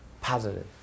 positive